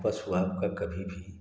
तो पशु आपका कभी भी